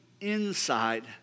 inside